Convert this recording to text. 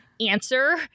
answer